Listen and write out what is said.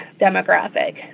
demographic